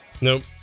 Nope